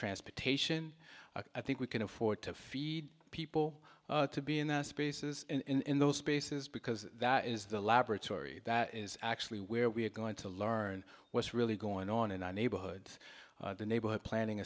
transportation i think we can afford to feed people to be in the spaces in those spaces because that is the laboratory that is actually where we're going to learn what's really going on in our neighborhoods the neighborhood planning